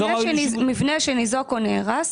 מבנה שניזוק או נהרס,